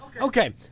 Okay